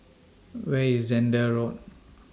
Where IS Zehnder Road